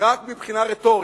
רק מבחינה רטורית.